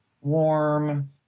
warm